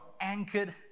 anchored